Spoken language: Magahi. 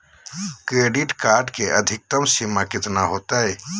क्रेडिट कार्ड के अधिकतम सीमा कितना होते?